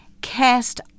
cast